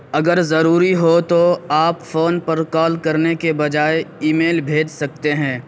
اگر ضروری ہو تو آپ فون پر کال کرنے کے بجائے ای میل بھیج سکتے ہیں